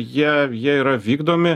jie jie yra vykdomi